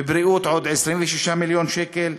בבריאות, עוד 26 מיליון שקל,